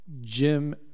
Jim